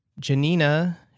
Janina